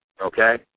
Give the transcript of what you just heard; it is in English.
Okay